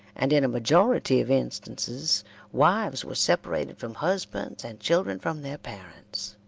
and in a majority of instances wives were separated from husbands and children from their parents.